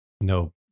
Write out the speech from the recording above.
no